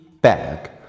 bag